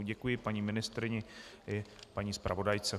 Děkuji paní ministryni i paní zpravodajce.